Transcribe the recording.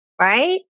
Right